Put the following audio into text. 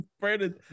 Brandon